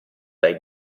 dai